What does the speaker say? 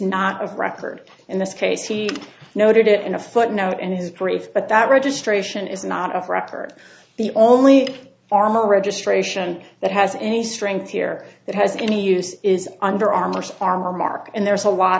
not a record in this case he noted it in a footnote in his brief but that registration is not a record the only armor registration that has any strength here that has any use is under armor armor mark and there's a lot